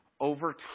Over